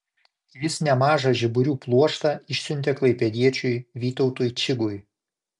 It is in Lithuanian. jis nemažą žiburių pluoštą išsiuntė klaipėdiečiui vytautui čigui